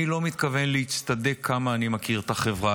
אני לא מתכוון להצטדק על כמה אני מכיר את החברה,